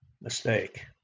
mistake